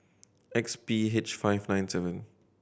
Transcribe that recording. X P H five nine seven